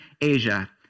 Asia